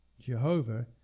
Jehovah